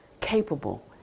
capable